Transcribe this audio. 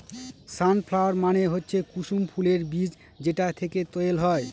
সান flower মানে হচ্ছে কুসুম ফুলের বীজ যেটা থেকে তেল হয়